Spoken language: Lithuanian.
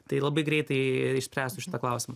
tai labai greitai išspręstų šitą klausimą